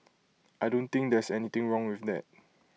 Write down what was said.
I don't think there's anything wrong with that